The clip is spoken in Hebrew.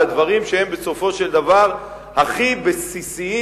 על דברים שהם בסופו של דבר הכי בסיסיים